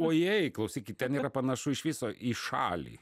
ojei klausykit tenyra panašu iš viso į šalį